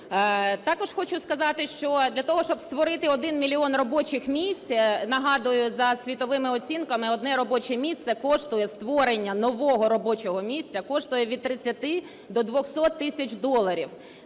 Також хочу сказати, що для того, щоб створити 1 мільйон робочих місць, нагадую, за світовими оцінками, одне робоче місце коштує створення нового робочого місця від 30 до 200 тисяч доларів.